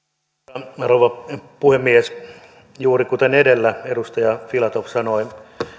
arvoisa rouva puhemies juuri kuten edellä edustaja filatov sanoi